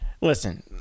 listen